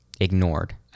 ignored